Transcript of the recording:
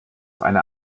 einer